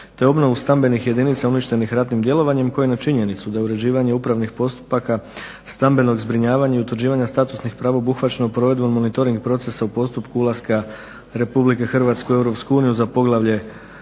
te obnovu stambenih jedinica uništenih ratnim djelovanjem koje ima činjenicu da je uređivanje upravnih postupaka stambenog zbrinjavanja i utvrđivanja statusnih prava obuhvaćenih provedbom monetoring procesa u postupku ulaska RH u EU za poglavlje